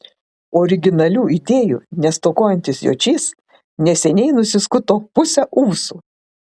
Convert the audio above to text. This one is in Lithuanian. originalių idėjų nestokojantis jočys neseniai nusiskuto pusę ūsų